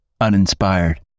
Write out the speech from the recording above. uninspired